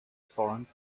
foreign